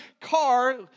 car